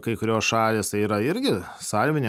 kai kurios šalys tai yra irgi salvinė